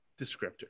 descriptor